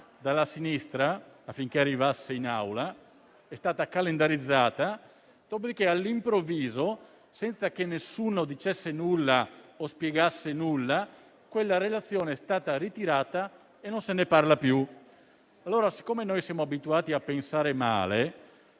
dalla sinistra affinché arrivasse in Assemblea ed è stata calendarizzata; dopodiché, all'improvviso, senza che nessuno dicesse o spiegasse nulla, quella relazione è stata ritirata e non se ne parla più. Siccome noi siamo abituati a pensare male,